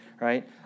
right